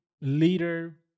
leader